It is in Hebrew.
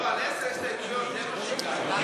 על עשר הסתייגויות, זה מה שהגענו.